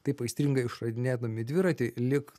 taip aistringai išradinėdami dviratį lyg